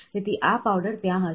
તેથી આ પાવડર ત્યાં હશે